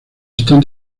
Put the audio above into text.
están